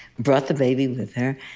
brought the baby with her,